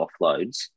offloads